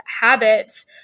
habits